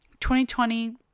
2020